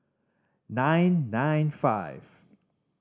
nine nine five